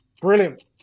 brilliant